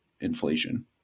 inflation